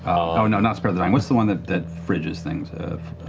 oh, no, not spare the dying. what's the one that that fridges things?